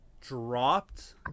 dropped